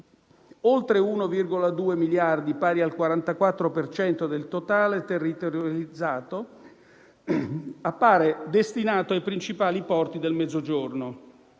Oltre 1,2 miliardi, pari al 44 per cento del totale territorializzato, appaiono destinati ai principali porti del Mezzogiorno